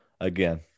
again